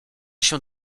się